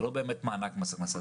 זה לא באמת מענק מס הכנסה.